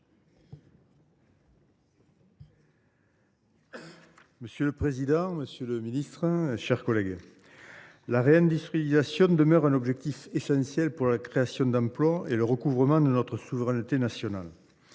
Monsieur le président, monsieur le ministre, mes chers collègues, la réindustrialisation demeure un objectif essentiel pour la création d’emplois et le recouvrement de notre souveraineté nationale.